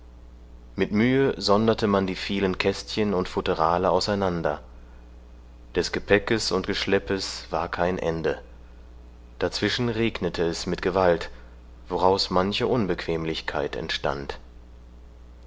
mit mühe sonderte man die vielen kästchen und futterale auseinander des gepäckes und geschleppes war kein ende dazwischen regnete es mit gewalt woraus manche unbequemlichkeit entstand